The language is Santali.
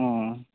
ᱚᱸᱻ